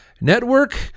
network